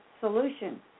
solution